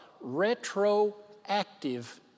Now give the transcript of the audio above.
retroactive